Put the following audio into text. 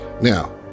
Now